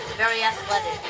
very athletic